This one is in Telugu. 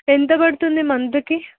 ఎంత పడుతుంది మంత్కి